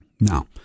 Now